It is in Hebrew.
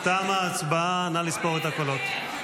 תמה ההצבעה, נא לספור את הקולות.